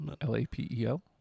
L-A-P-E-L